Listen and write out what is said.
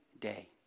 day